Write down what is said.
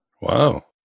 wow